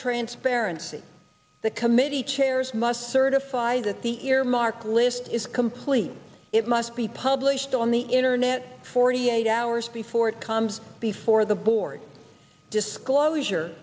transparency the committee chairs must certify that the earmark if it is complete it must be published on the internet forty eight hours before it comes before the board disclosure